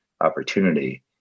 opportunity